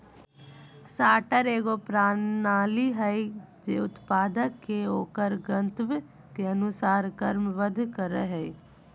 sorter एगो प्रणाली हइ जे उत्पाद के ओकर गंतव्य के अनुसार क्रमबद्ध करय हइ